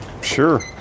Sure